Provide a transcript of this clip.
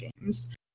games